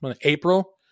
April